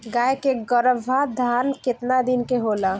गाय के गरभाधान केतना दिन के होला?